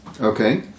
Okay